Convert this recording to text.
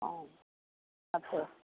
ಹ್ಞೂ